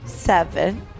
seven